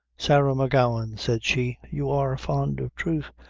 sarah m'gowan, said she, you are fond of truth,